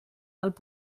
alt